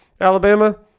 Alabama